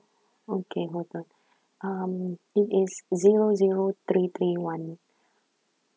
okay noted um it is zero zero three three one